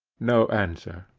no answer.